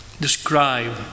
describe